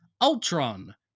Ultron